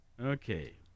Okay